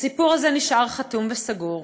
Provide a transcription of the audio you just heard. "הסיפור הזה נשאר חתום וסגור.